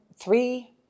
three